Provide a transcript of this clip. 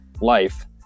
life